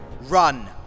Run